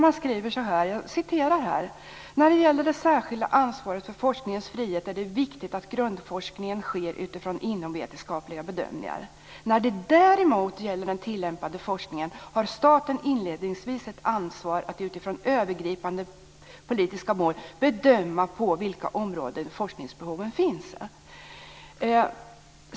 Man skriver så här: "När det gäller det särskilda ansvaret för forskningens frihet är det viktigt att grundforskningen sker utifrån inomvetenskapliga bedömningar. När det däremot gäller den tillämpade forskningen har staten inledningsvis ett ansvar att, utifrån övergripande politiska mål, bedöma på vilka områden forskningsbehoven finns."